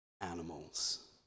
animals